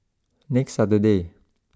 next Saturday